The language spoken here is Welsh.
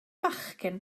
fachgen